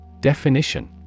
Definition